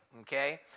okay